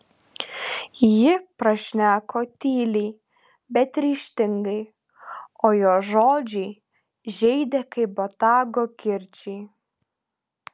ji prašneko tyliai bet ryžtingai o jos žodžiai žeidė kaip botago kirčiai